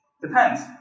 depends